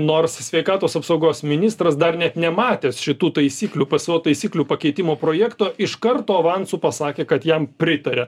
nors sveikatos apsaugos ministras dar net nematęs šitų taisyklių pso taisyklių pakeitimo projekto iš karto avansu pasakė kad jam pritaria